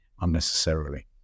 unnecessarily